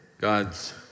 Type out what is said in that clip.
God's